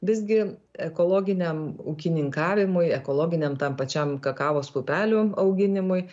visgi ekologiniam ūkininkavimui ekologiniam tam pačiam kakavos pupelių auginimui